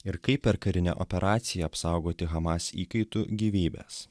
ir kaip per karinę operaciją apsaugoti hamas įkaitų gyvybes